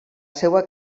seva